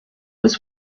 was